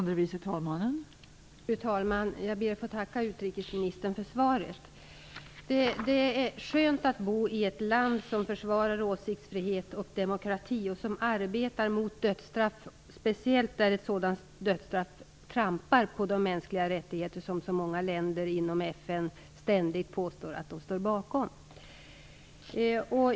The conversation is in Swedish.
Fru talman! Jag ber att få tacka utrikesministern för svaret. Det är skönt att bo i ett land som försvarar åsiktsfrihet och demokrati och som arbetar mot dödsstraff, speciellt där ett sådant dödsstraff trampar på de mänskliga rättigheter som så många länder inom FN ständigt påstår att de står bakom.